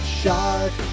shark